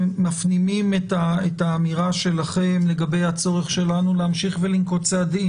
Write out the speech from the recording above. מפנימים את האמירה שלכם לגבי הצורך שלנו להמשיך ולנקוט צעדים.